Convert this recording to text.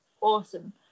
awesome